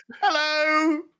Hello